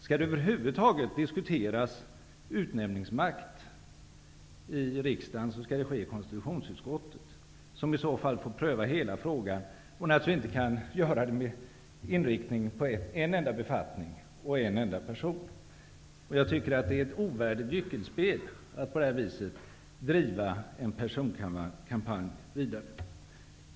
Om utnämningsmakt skall diskuteras i riksdagen över huvud taget, skall det ske i konstitutionsutskottet, som i så fall får pröva hela frågan och naturligtvis inte kan göra det med inriktning på en enda befattning och en enda person. Jag tycker att det är ett ovärdigt gyckelspel, att på detta vis driva en personkampanj vidare.